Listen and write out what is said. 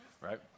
Right